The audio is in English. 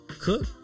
Cook